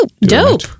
Dope